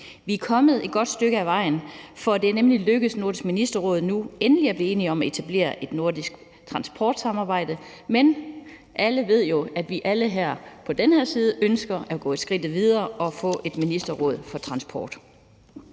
Vi er kommet et godt stykke af vejen, for det er nemlig lykkedes Nordisk Ministerråd nu endelig at blive enig om at etablere et nordisk transportsamarbejde, men alle ved jo, at vi alle her på den her side ønsker at gå skridtet videre og få et ministerråd for transport.